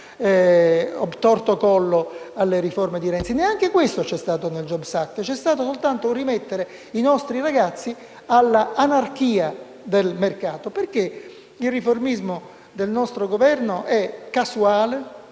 *obtorto* *collo* alle riforme di Renzi. Neanche questo vi è stato nel *jobs act*; vi è stato solo un rimettere i nostri ragazzi all'anarchia del mercato, perché il riformismo del nostro Governo è casuale,